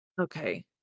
Okay